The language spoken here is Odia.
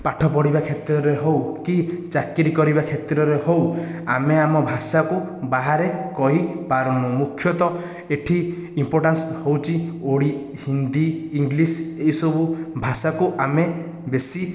ପାଠପଢ଼ିବା କ୍ଷେତ୍ରରେ ହେଉ କି ଚାକିରୀ କରିବା କ୍ଷେତ୍ରରେ ହେଉ ଆମେ ଆମ ଭାଷାକୁ ବାହାରେ କହିପାରୁନୁ ମୁଖ୍ୟତଃ ଏଠି ଇମ୍ପୋଟାନ୍ସ ହେଉଛି ଓଡ଼ି ହିନ୍ଦୀ ଇଂଲିଶ ଏହିସବୁ ଭାଷାକୁ ଆମେ ବେଶି